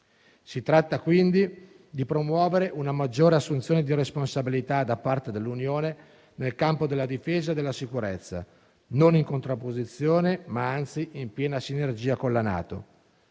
Si tratta quindi di promuovere una maggiore assunzione di responsabilità da parte dell'Unione nel campo della difesa e della sicurezza, non in contrapposizione, ma anzi in piena sinergia con la NATO.